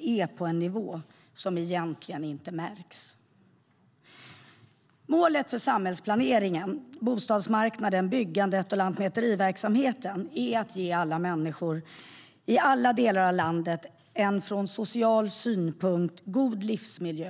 är på en nivå som egentligen inte märks. Målet för samhällsplaneringen, bostadsmarknaden, byggandet och lantmäteriverksamheten är att ge alla människor i alla delar av landet en från social synpunkt god livsmiljö.